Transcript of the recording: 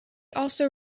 also